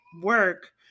work